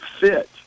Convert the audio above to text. fit